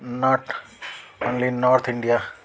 not only north India